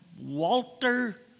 Walter